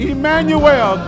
Emmanuel